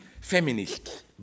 feminists